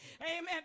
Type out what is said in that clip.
Amen